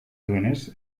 duenez